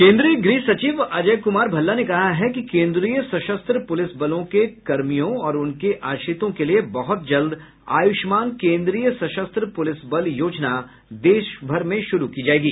केन्द्रीय गृह सचिव अजय कुमार भल्ला ने कहा है कि केन्द्रीय सशस्त्र पुलिस बलों के कर्मियों और उनके आश्रितों के लिए बहुत जल्द आयुष्मान केन्द्रीय सशस्त्र पुलिस बल योजना देश भर में शुरू की जाएगी